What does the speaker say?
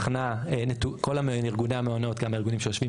בחנה כל הארגוני המעונות גם הארגונים שיושבים